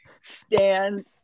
stand